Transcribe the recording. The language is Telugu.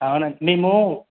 అవును అండి మేము